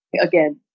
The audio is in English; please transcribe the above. again